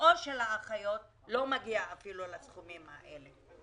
או של האחיות לא מגיעות אפילו לסכומים האלה.